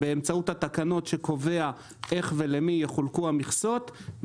באמצעות התקנות שקובעות איך ולמי יחולקו המכסות.